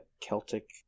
Celtic